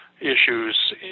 issues